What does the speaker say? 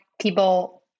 people